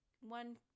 one